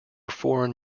foreign